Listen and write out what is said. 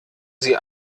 sie